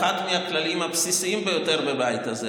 אחד הכללים הבסיסיים ביותר בבית הזה,